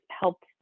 helped